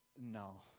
no